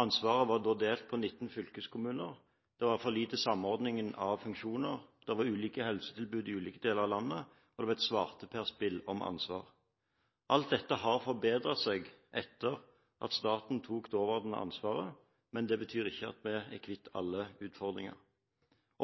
Ansvaret var den gang delt på 19 fylkeskommuner, det var for lite samordning av funksjoner, det var ulike helsetilbud i ulike deler av landet, og det var et svarteper-spill om ansvar. Alt dette har blitt bedre etter at staten tok over ansvaret, men det betyr ikke at vi er kvitt alle utfordringene.